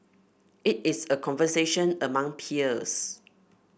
it is a conversation among peers